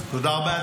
תודה רבה.